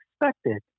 expected